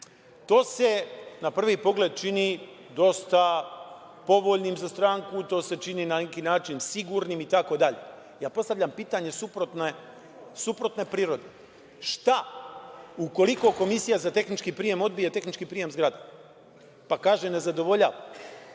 se na prvi pogled čini dosta povoljnim za stranku, to se čini na neki način sigurnim itd. Postavljam pitanje suprotne prirode – šta ukoliko Komisija za tehnički prijem, odbije tehnički prijem zgrade pa kaže da ne zadovoljava